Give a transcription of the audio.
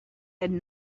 had